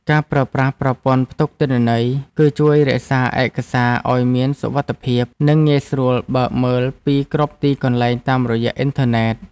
ការប្រើប្រាស់ប្រព័ន្ធផ្ទុកទិន្នន័យ គឺជួយរក្សាឯកសារឱ្យមានសុវត្ថិភាព និងងាយស្រួលបើកមើលពីគ្រប់ទីកន្លែងតាមរយៈអ៊ីនធឺណិត។